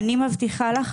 אני מבטיחה לך,